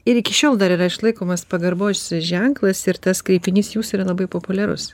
ir iki šiol dar yra išlaikomas pagarbos ženklas ir tas kreipinys jūs yra labai populiarus